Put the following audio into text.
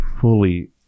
fully